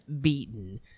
beaten